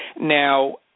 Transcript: Now